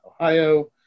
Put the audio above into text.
Ohio